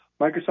Microsoft